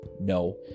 no